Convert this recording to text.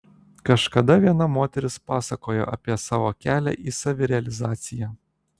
kažkada viena moteris pasakojo apie savo kelią į savirealizaciją